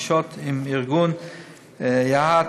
פגישות עם ארגון יה"ת,